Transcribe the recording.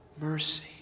Mercy